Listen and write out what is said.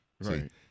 right